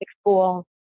school